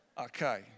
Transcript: Okay